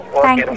Thank